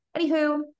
Anywho